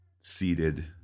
seated